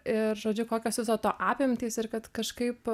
ir žodžiu kokios viso to apimtys ir kad kažkaip